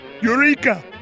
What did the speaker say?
Eureka